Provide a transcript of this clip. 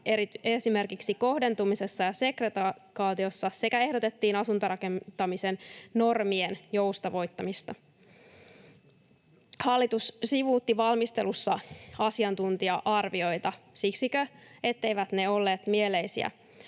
esimerkiksi kohdentumisessa ja segregaatiossa sekä ehdotettiin asuntorakentamisen normien joustavoittamista. Arvoisa puhemies! Hallitus sivuutti valmistelussa asiantuntija-arvioita. Siksikö, etteivät ne olleet mieleisiä?